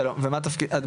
שלום ומה תפקידך?